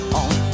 on